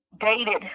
dated